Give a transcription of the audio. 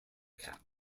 cap